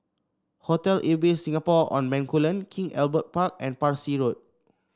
Hotel Ibis Singapore On Bencoolen King Albert Park and Parsi Road